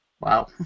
Wow